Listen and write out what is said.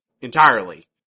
entirely